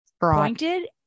pointed